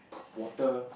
water